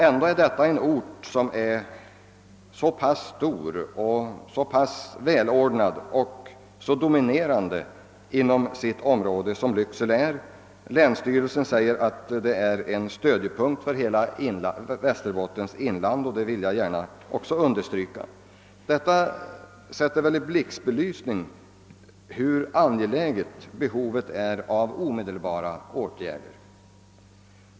Ändå är det fråga om en så pass stor, välordnad och dominerande ort inom sitt område som Lycksele. Länsstyrelsen uttalar att den är en stödjepunkt för hela Västerbottens inland, och det vill också jag gärna understryka. Detta ger väl en blixtbelysning av hur angeläget behovet av omedelbara åtgärder är.